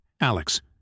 Alex